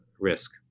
risk